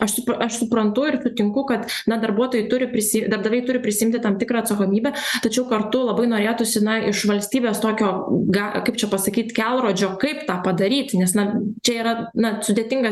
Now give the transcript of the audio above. aš supra aš suprantu ir sutinku kad na darbuotojai turi prisi darbdaviai turi prisiimti tam tikrą atsakomybę tačiau kartu labai norėtųsi na iš valstybės tokio ga kaip čia pasakyt kelrodžio kaip tą padaryt nes na čia yra na sudėtingas